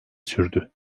sürdü